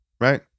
right